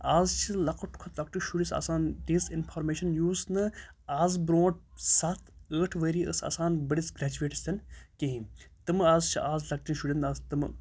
آز چھِ لۄکُٹ کھۄتہٕ لۄکٹِس شُرِس آسان تیٖژ اِنفارمیشَن یُس نہٕ آز برٛونٛٹھ سَتھ ٲٹھ ؤری ٲس آسان بٔڑِس گرٛٮ۪جویٹَسَن کِہیٖنۍ تِمہٕ آز چھِ آز لۄکٹٮ۪ن شُرٮ۪ن آز تِمہٕ